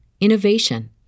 innovation